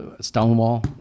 Stonewall